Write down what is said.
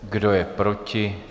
Kdo je proti?